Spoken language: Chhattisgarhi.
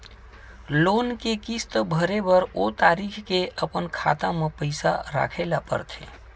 लोन के किस्त भरे बर ओ तारीख के अपन खाता म पइसा राखे ल परथे